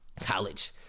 college